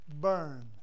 burn